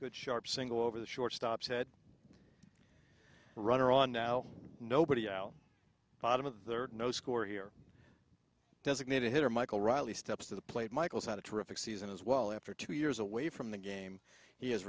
good sharp single over the shortstop said runner on now nobody out bottom of the no score here designated hitter michael reilly steps to the plate michaels had a terrific season as well after two years away from the game he has